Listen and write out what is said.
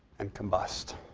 and combust.